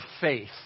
faith